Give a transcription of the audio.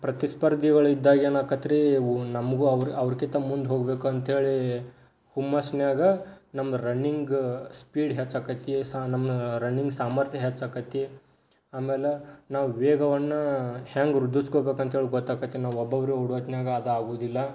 ಪ್ರತಿಸ್ಪರ್ಧಿಗಳು ಇದ್ದಾಗ ಏನಾಗತ್ ರೀ ಉ ನಮಗೂ ಅವ್ರ ಅವ್ರ್ಕಿಂತ ಮುಂದೆ ಹೋಗಬೇಕು ಅಂತ ಹೇಳಿ ಹುಮ್ಮಸ್ನಾಗೆ ನಮ್ಮ ರನ್ನಿಂಗ ಸ್ಪೀಡ್ ಹೆಚ್ಚಾಕತೀ ಸ ನಮ್ಮ ರನ್ನಿಂಗ್ ಸಾಮರ್ಥ್ಯ ಹೆಚ್ಚಾಕತೀ ಆಮೇಲೆ ನಾವು ವೇಗವನ್ನು ಹ್ಯಾಂಗೆ ವೃದ್ಧಿಸ್ಕೋಬೇಕಂತ ಹೇಳಿ ಗೊತ್ತಾಕತಿ ನಾವು ಒಬ್ಬೊಬ್ಬರು ಓಡುವತ್ನಾಗೆ ಅದು ಆಗೋದಿಲ್ಲ